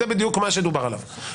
זה בדיוק מה שדובר עליו.